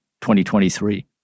2023